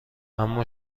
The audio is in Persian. اما